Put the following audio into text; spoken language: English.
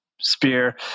Spear